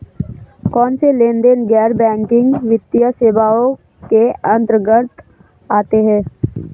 कौनसे लेनदेन गैर बैंकिंग वित्तीय सेवाओं के अंतर्गत आते हैं?